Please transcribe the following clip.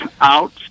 out